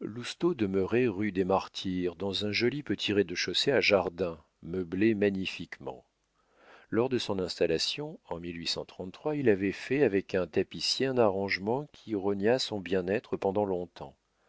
lousteau demeurait rue des martyrs dans un joli petit rez-de-chaussée à jardin meublé magnifiquement lors de son installation en il avait fait avec un tapissier un arrangement qui rogna son bien-être pendant long-temps